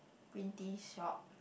green tea shop